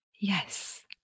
Yes